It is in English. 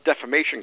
defamation